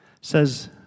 says